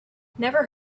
never